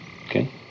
Okay